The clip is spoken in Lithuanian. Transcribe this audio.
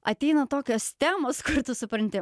ateina tokios temos kur tu supranti